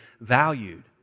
valued